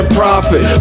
profit